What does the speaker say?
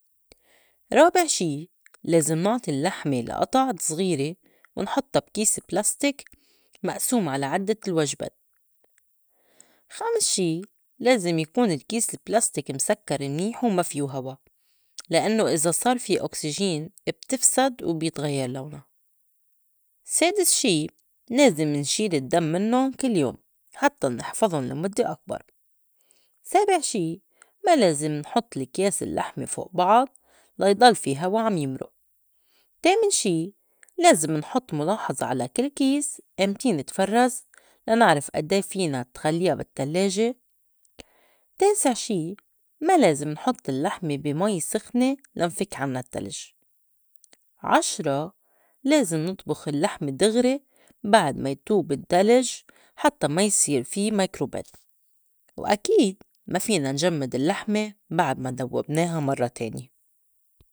رابع شي لازم نعطي اللّحمة لقطع زغيرة ونحطّا بكيس plastic مأسوم على عدّة الوجبات. خامس شي لازم يكون الكيس ال plastic مسكّر منيح وما فيو هوا لإنّو إذا صار في أوكسيجين بتفسَد وبيتغيّر لوْنا. سادس شي لازم نشيل الدّم مِنُّن كل يوم حتّى نِحفظُن لَمُدّة أكبر. سابع شي ما لازم نحط لكياس اللّحمة فوء بعض ليضل في هوا عم يمرُء. تامن شي لازم نحُط مُلاحظة على كل كيس إيمتين تفرّز لا نعْرف أدّي فينا تخلّيا بالتلّاجة. تاسع شي ما لازم نحُط اللّحمة بي مي سخنة لنفك عنّا التّلج. عشرة لازم نطبُخ اللّحمة دغري بعد ما يتوب الدّلج حتّى ما يصير في مايكروبات. وأكيد ما فينا نجمّد اللّحمة بعد ما دوّبناها مرّة تانية.